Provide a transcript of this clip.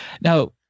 Now